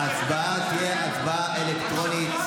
ההצבעה תהיה אלקטרונית.